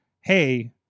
hey